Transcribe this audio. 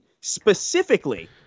specifically